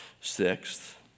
Sixth